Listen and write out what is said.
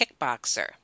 kickboxer